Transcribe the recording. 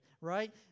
right